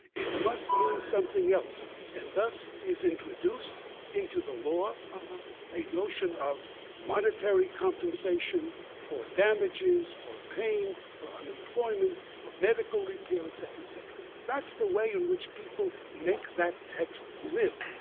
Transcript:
it must mean something else and thus is introduced into the law a notion of monetary compensation for damages, for pain, for unemployment, for medical repair, etc, etc. that's the way in which people make that text live